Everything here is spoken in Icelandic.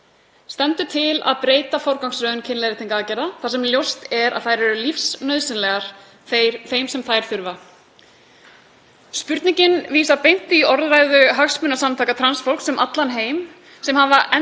Stendur til að breyta forgangsröðun kynleiðréttingaraðgerða þar sem ljóst er að þær eru lífsnauðsynlegar þeim sem þær þurfa? Spurningin vísar beint í orðræðu hagsmunasamtaka trans fólks um allan heim sem hafa